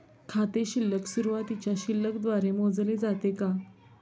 खाते शिल्लक सुरुवातीच्या शिल्लक द्वारे मोजले जाते का?